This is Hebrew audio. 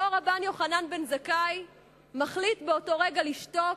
אותו רבן יוחנן בן זכאי מחליט באותו רגע לשתוק